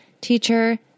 teacher